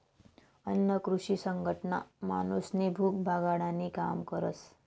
अन्न कृषी संघटना माणूसनी भूक भागाडानी काम करस